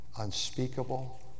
Unspeakable